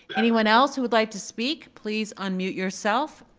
anyone else who would like to speak, please unmute yourself.